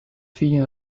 figlio